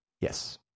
Yes